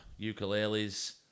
ukuleles